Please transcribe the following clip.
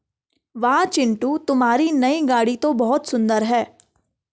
वाह चिंटू तुम्हारी नई गाड़ी तो बहुत सुंदर है